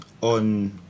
on